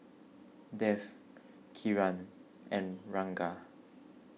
Dev Kiran and Ranga